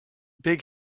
big